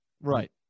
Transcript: Right